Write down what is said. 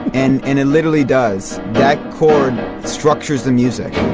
and and it literally does, that chord structures the music.